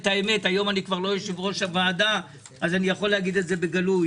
היום אני כבר לא יושב-ראש הוועדה אז אני יכול לומר זאת בגלוי.